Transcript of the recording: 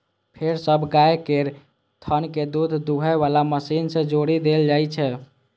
फेर सब गाय केर थन कें दूध दुहै बला मशीन सं जोड़ि देल जाइ छै